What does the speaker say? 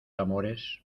amores